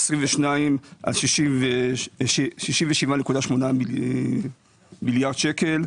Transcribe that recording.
על 67.8 מיליארד שקל,